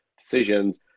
decisions